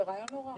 זה רעיון לא רע.